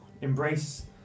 Embrace